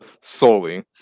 solely